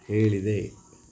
ಹೇಳಿದೆ